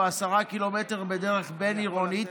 או 10 קילומטר בדרך בין-עירונית,